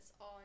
on